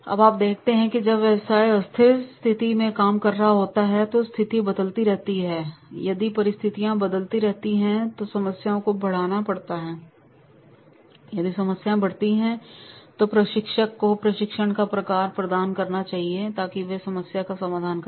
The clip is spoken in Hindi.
अब आप देखते हैं कि जब व्यवसाय अस्थिर स्थिति में काम कर रहा होता है और यह स्थिति बदलती रहती है यदि परिस्थितियाँ बदलती रहती हैं तो समस्याओं को बढ़ाना पड़ता है और यदि समस्याएं बढ़ती हैं तो प्रशिक्षक को प्रशिक्षण का प्रकार प्रदान करना चाहिए ताकि वे समस्या का समाधान करें